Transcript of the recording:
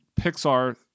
Pixar